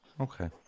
Okay